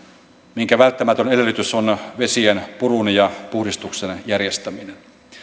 minkä välttämätön edellytys on vesien purun ja puhdistuksen järjestäminen